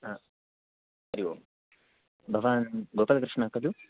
हा हरि ओं भवान् गोपालकृष्णः खलु